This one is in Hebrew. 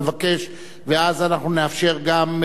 ואז אנחנו נאפשר גם,